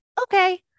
okay